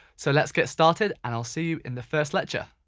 so let's get started and i'll see you in the first lecture.